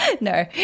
No